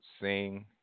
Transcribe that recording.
sing